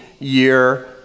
year